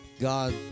God